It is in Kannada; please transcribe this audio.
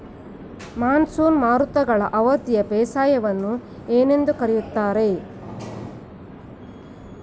ಮಾನ್ಸೂನ್ ಮಾರುತಗಳ ಅವಧಿಯ ಬೇಸಾಯವನ್ನು ಏನೆಂದು ಕರೆಯುತ್ತಾರೆ?